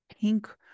pink